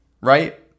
right